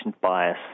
bias